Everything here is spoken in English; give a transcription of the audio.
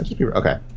Okay